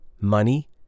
Money